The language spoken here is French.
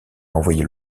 envoyé